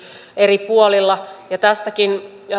eri puolilla ja tästäkin